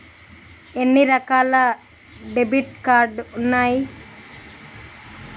ఎన్ని రకాల debit card ఉన్నాయి?